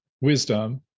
wisdom